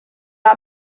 are